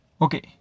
Okay